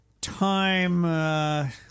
time